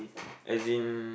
as in